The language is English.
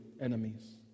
enemies